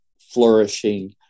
flourishing